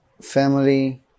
family